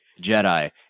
Jedi